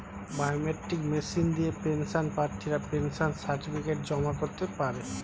biometric machine দিয়ে pension প্রার্থীরা pension certificate জমা করতে পারে